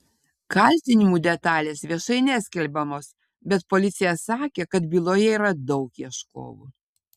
kaltinimų detalės viešai neskelbiamos bet policija sakė kad byloje yra daug ieškovų